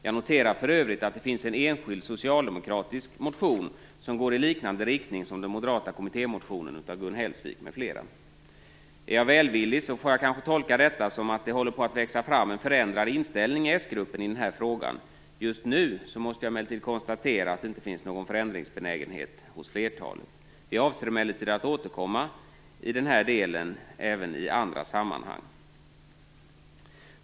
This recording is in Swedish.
Jag noterar för övrigt att det finns en enskild socialdemokratisk motion som går i liknande riktning som den moderata kommittémotionen av Gun Hellsvik m.fl. Är jag välvillig, kan jag kanske tolka detta så att det håller på att växa fram en förändrad inställning i den socialdemokratiska gruppen i den här frågan. Just nu måste jag emellertid konstatera att det inte finns någon förändringsbenägenhet i denna fråga hos flertalet. Vi avser emellertid att återkomma i denna del även i andra sammanhang.